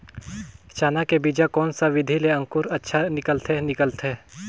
चाना के बीजा कोन सा विधि ले अंकुर अच्छा निकलथे निकलथे